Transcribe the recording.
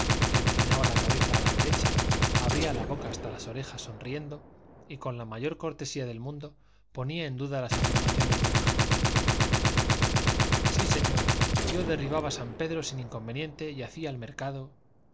que inclinaba la cabeza a la derecha abría la boca hasta las orejas sonriendo y con la mayor cortesía del mundo ponía en duda las afirmaciones del magnate sí señor yo derribaba san pedro sin inconveniente y hacía el mercado